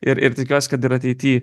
ir ir tikiuos kad ir ateity